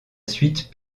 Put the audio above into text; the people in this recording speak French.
suite